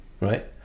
Right